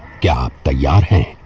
got but yeah ah a